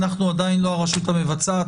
אנחנו עדיין לא הרשות המבצעת,